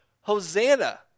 Hosanna